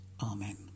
Amen